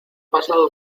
pasado